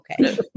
Okay